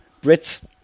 Brits